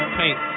paint